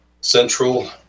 Central